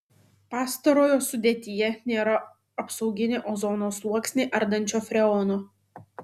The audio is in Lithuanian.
pastarojo sudėtyje nėra apsauginį ozono sluoksnį ardančio freono